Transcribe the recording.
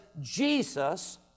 Jesus